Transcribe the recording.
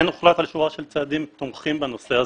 כן הוחלט על שורה של צעדים תומכים בנושא הזה.